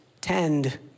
tend